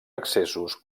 excessos